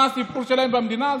מה הסיפור שלהם במדינה הזאת.